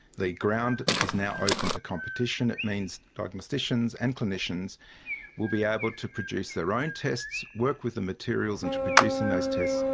the ground is now open to competition, it means diagnosticians and clinicians will be able to produce their own tests, work with the materials and to producing those tests,